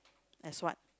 as what